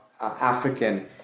African